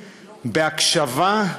בהקשבה,